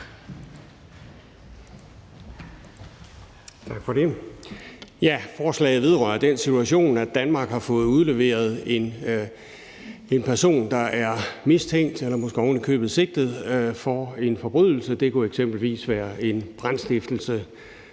Tak for det.